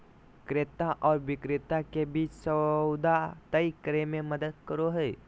क्रेता आर विक्रेता के बीच सौदा तय करे में मदद करो हइ